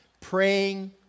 Praying